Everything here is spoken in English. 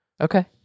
Okay